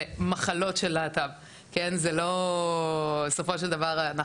אבל זה לא שאנחנו מתייחסים ״למחלות של להט״ב״.